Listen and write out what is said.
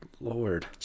lord